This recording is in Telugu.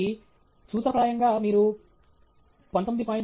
కాబట్టి సూత్రప్రాయంగా మీరు 19